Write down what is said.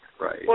Right